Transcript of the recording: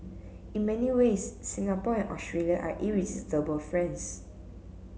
in many ways Singapore and Australia are irresistible friends